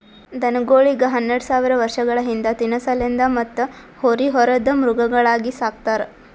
ದನಗೋಳಿಗ್ ಹನ್ನೆರಡ ಸಾವಿರ್ ವರ್ಷಗಳ ಹಿಂದ ತಿನಸಲೆಂದ್ ಮತ್ತ್ ಹೋರಿ ಹೊರದ್ ಮೃಗಗಳಾಗಿ ಸಕ್ತಾರ್